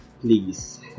please